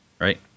right